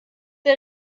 der